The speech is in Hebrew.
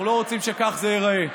אנחנו לא רוצים שכך זה ייראה.